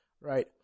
right